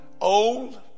old